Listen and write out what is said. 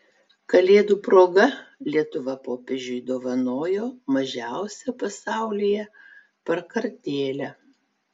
kalėdų proga lietuva popiežiui dovanojo mažiausią pasaulyje prakartėlę